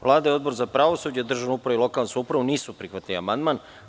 Vlada i Odbor za pravosuđe, državnu upravu i lokalnu samoupravu nisu prihvatili ovaj amandman.